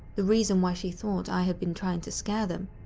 the reason why she thought i had been trying to scare them.